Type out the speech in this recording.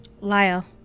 Lyle